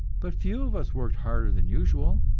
but few of us worked harder than usual.